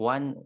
One